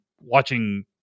watching